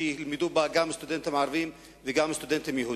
שילמדו בה גם סטודנטים ערבים וגם סטודנטים יהודים.